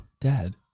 Dad